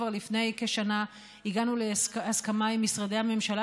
כבר לפני כשנה הגענו להסכמה עם משרדי הממשלה,